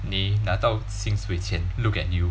你拿到薪水前 look at you